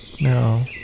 no